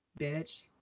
bitch